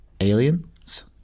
Aliens